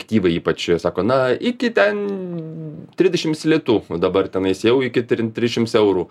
tyvai ypač sako na iki ten trisdešims litų o dabar tenais jau iki tri trisšims eurų